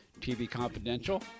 tvconfidential